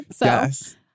Yes